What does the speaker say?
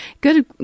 good